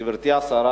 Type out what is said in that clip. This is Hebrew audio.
גברתי השרה,